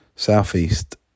Southeast